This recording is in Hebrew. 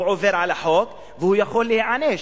הוא עובר על החוק, והוא יכול להיענש.